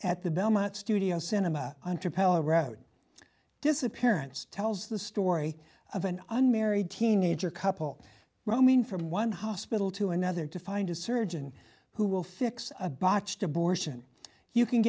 at the belmont studio cinema entrepreneur road disappearance tells the story of an unmarried teenager couple roaming from one hospital to another to find a surgeon who will fix a botched abortion you can